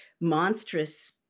monstrous